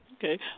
Okay